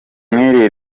nk’iri